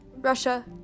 Russia